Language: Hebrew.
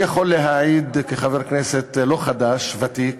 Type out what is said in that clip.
אני יכול להעיד כחבר כנסת לא חדש, ותיק,